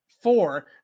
Four